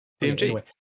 DMG